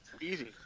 Easy